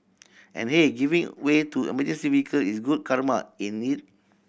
and hey giving way to emergency vehicle is good karma ain't it